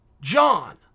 John